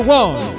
one